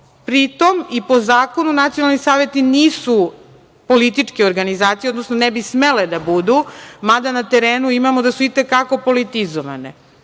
Pri tom i po zakonu nacionalni saveti nisu političke organizacije, odnosno ne bi smele da budu, mada na terenu imamo da su i te kako politizovane,